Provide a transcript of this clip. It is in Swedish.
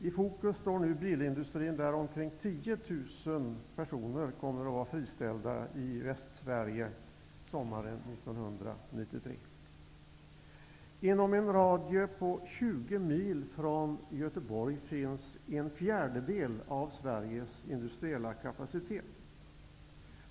I fokus står nu bilindustrin, där omkring 10 000 personer kommer att vara friställda i Västsverige sommaren 1993. Inom en radie på 20 mil från Göteborg finns en fjärdedel av Sveriges industriella kapacitet.